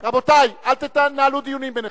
רבותי, אל תנהלו דיונים ביניכם.